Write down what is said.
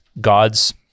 God's